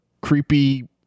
creepy